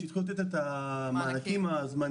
כשהתחילו לתת את המענקים הזמניים,